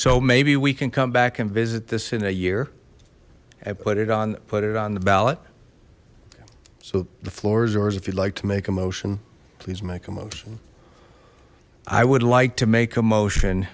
so maybe we can come back and visit this in a year i put it on put it on the ballot so the floor is ours if you'd like to make a motion please make a motion i would like to make a motion